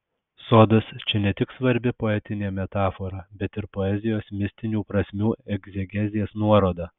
sodas čia ne tik svarbi poetinė metafora bet ir poezijos mistinių prasmių egzegezės nuoroda